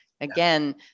Again